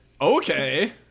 Okay